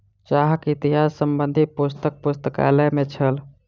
चाहक इतिहास संबंधी पुस्तक पुस्तकालय में छल